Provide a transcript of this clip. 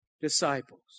disciples